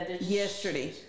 yesterday